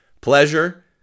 Pleasure